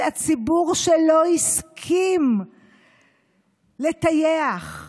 לציבור שלא הסכים לטייח,